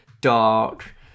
dark